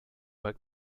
but